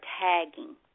tagging